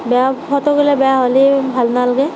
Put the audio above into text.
বেয়া ফটোগিলা বেয়া হ'লে ভাল নালাগে